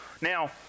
now